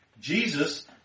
Jesus